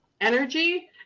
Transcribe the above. energy